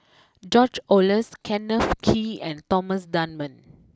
George Oehlers Kenneth Kee and Thomas Dunman